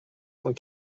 cent